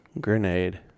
grenade